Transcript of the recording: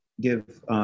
give